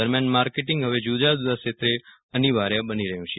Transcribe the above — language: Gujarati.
દરમિયાન માર્કેટીંગ હવે જુદા જુદા ક્ષેત્રે અનિવાર્ય બની રહ્યું છે